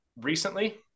recently